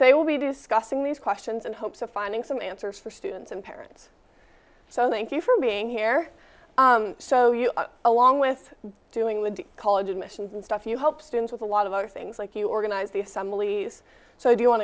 i will be discussing these questions in hopes of finding some answers for students and parents so thank you for being here so you along with doing with college admissions and stuff you help students with a lot of other things like you organize the assemblies so if you want